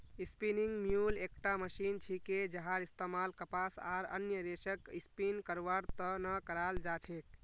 spinning mule एकटा machine छिके जहार इस्तमाल कपास आर अन्य रेशक स्पिन करवार त न कराल जा छेक